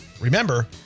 Remember